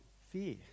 fear